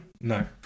No